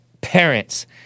parents